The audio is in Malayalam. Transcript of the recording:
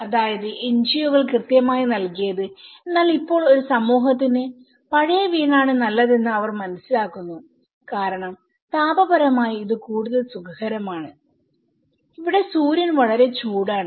അതാണ് എൻജിഒകൾ കൃത്യമായി നൽകിയത് എന്നാൽ ഇപ്പോൾ ഒരു സമൂഹത്തിന് പഴയ വീടാണ് നല്ലതെന്ന് അവർ മനസ്സിലാക്കുന്നു കാരണം താപപരമായി ഇത് കൂടുതൽ സുഖകരമാണ് ഇവിടെ സൂര്യൻ വളരെ ചൂടാണ്